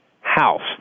house